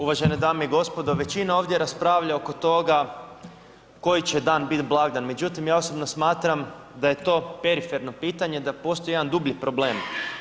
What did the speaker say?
Uvažene dame i gospodo, većina ovdje raspravlja oko toga koji će dan biti blagdan, međutim ja osobno smatram da je to periferno pitanje, da postoji jedan dublji problem.